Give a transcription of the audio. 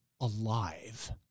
alive